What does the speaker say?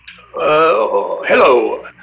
Hello